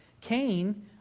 Cain